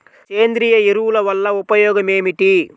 సేంద్రీయ ఎరువుల వల్ల ఉపయోగమేమిటీ?